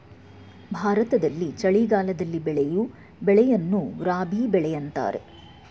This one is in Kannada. ಭಾರತದಲ್ಲಿ ಚಳಿಗಾಲದಲ್ಲಿ ಬೆಳೆಯೂ ಬೆಳೆಯನ್ನು ರಾಬಿ ಬೆಳೆ ಅಂತರೆ